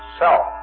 self